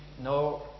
no